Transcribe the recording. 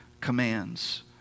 commands